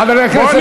חברי הכנסת,